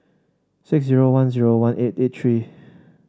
six zero one zero one eight eight three